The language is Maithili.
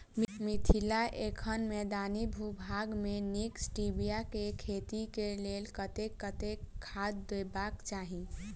मिथिला एखन मैदानी भूभाग मे नीक स्टीबिया केँ खेती केँ लेल कतेक कतेक खाद देबाक चाहि?